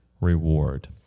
reward